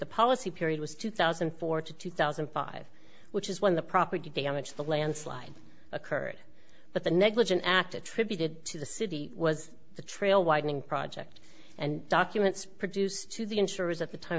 the policy period was two thousand and four to two thousand and five which is when the property damage the landslide occurred but the negligent act attributed to the city was the trail widening project and documents produced to the insurers at the time